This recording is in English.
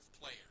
player